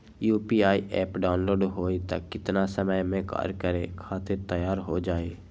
UPI app download होई त कितना समय मे कार्य करे खातीर तैयार हो जाई?